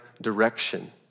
direction